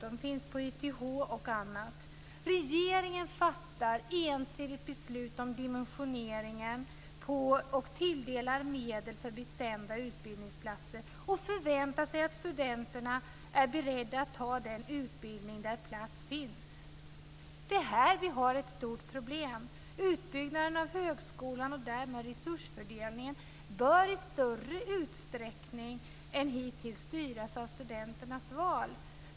De finns på YTH Regeringen fattar ensidigt beslut om dimensioneringen och tilldelar medel för bestämda utbildningsplatser och förväntar sig att studenterna är beredda att ta den utbildning där plats finns. Det är här vi har ett stort problem. Utbyggnaden av högskolan och därmed resursfördelningen bör i större utsträckning än hittills styras av studenternas val.